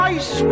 Ice